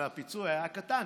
אבל הפיצוי היה קטן,